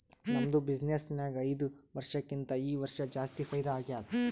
ನಮ್ದು ಬಿಸಿನ್ನೆಸ್ ನಾಗ್ ಐಯ್ದ ವರ್ಷಕ್ಕಿಂತಾ ಈ ವರ್ಷ ಜಾಸ್ತಿ ಫೈದಾ ಆಗ್ಯಾದ್